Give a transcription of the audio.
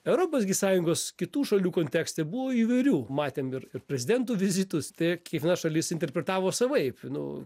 europos gi sąjungos kitų šalių kontekste buvo įvairių matėm ir ir prezidentų vizitus tai kiekviena šalis interpretavo savaip nu